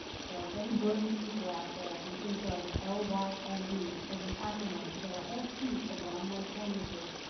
so if any brilliant people out there can think of l y m e as an acronym to get our whole suite of lyme-like illnesses,